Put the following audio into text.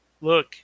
look